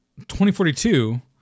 2042